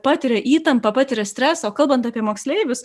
patiria įtampą patiria stresą o kalbant apie moksleivius